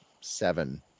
seven